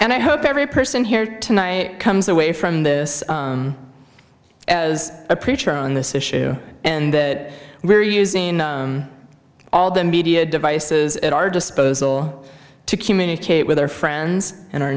and i hope every person here tonight comes away from this as a preacher on this issue and that we're using all the media devices at our disposal to communicate with our friends and our